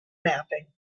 mapping